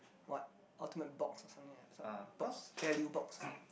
what ultimate box or something like that some box value box